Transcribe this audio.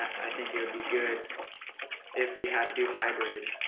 i think it would be good if we had do hybrid.